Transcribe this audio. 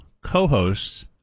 co-hosts